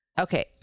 Okay